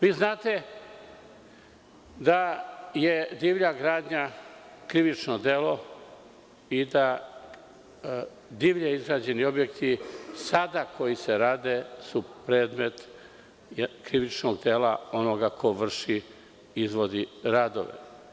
Vi znate da je divlja gradnja krivično delo i da divlje izgrađeni objekti sada koji se rade su predmet krivičnog dela onoga ko vrši, izvodi radove.